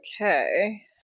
Okay